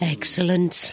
Excellent